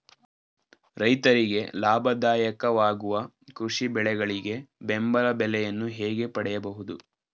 ರೈತರಿಗೆ ಲಾಭದಾಯಕ ವಾಗುವ ಕೃಷಿ ಬೆಳೆಗಳಿಗೆ ಬೆಂಬಲ ಬೆಲೆಯನ್ನು ಹೇಗೆ ಪಡೆಯಬಹುದು?